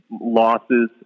losses